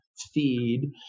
Feed